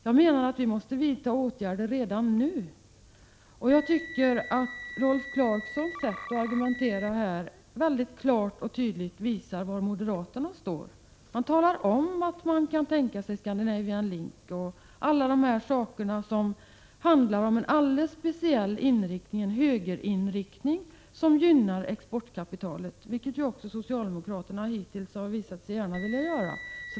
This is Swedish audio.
Jag menar att vi måste vidta åtgärder redan nu. Jag tycker att Rolf Clarksons sätt att argumentera klart och tydligt visar var moderaterna står. Man talar om att man kan tänka sig Scandinavian Link och alla dessa saker som har en alldeles speciell inriktning, en högerinriktning som gynnar exportkapitalet, vilket också socialdemokraterna hittills har visat sig gärna vilja göra.